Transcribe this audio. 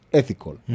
ethical